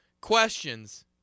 questions